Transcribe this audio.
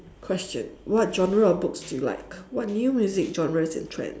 question what genre of books do you like what new music genres and trend